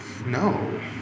No